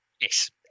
Yes